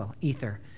ether